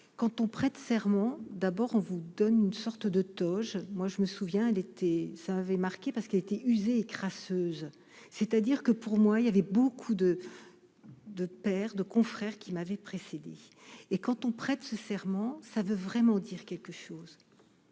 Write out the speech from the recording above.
quand on prête serment d'abord, on vous donne une sorte de toge, moi je me souviens d'été ça avait marqué parce qu'il a été usé crasseuse, c'est-à-dire que pour moi il y avait beaucoup de de père de confrères qui m'avait précédée et quand on prête serment ça veut vraiment dire quelque chose,